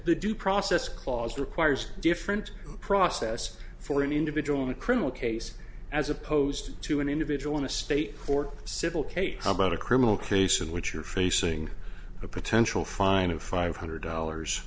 due process clause requires different process for an individual in a criminal case as opposed to an individual in a state court civil case about a criminal case in which you're facing a potential fine of five hundred dollars